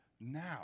now